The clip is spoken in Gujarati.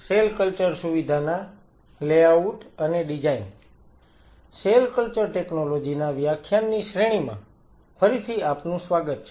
સેલ કલ્ચર ટેકનોલોજી ના વ્યાખ્યાનની શ્રેણીમાં ફરીથી આપનું સ્વાગત છે